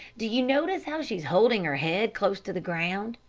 do you notice how she's holding her head close to the ground?